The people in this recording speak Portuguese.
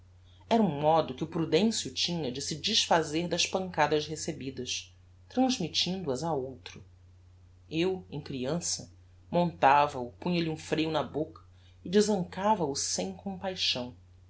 era um modo que o prudencio tinha de se desfazer das pancadas recebidas transmittindo as a outro eu em criança montava o punha lhe um freio na boca e desancava o sem compaixão